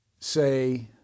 say